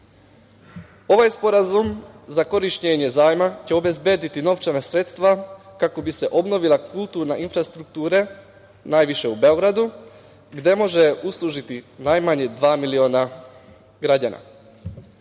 sporazum za korišćenje zajma će obezbediti novčana sredstva kako bi se obnovila kulturna infrastruktura, najviše u Beogradu, gde može uslužiti najmanje dva miliona građana. Smatramo